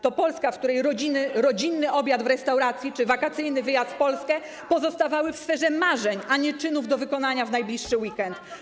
To Polska, w której rodzinny obiad w restauracji czy wakacyjny wyjazd w Polskę pozostały w sferze marzeń, a nie czynów do wykonania w najbliższy weekend.